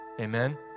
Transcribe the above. Amen